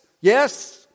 yes